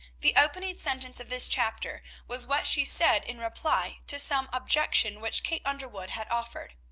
the opening sentence of this chapter was what she said in reply to some objection which kate underwood had offered.